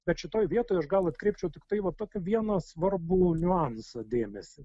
bet šitoj vietoj aš gal atkreipčiau tiktai va vieną svarbų niuansą dėmesį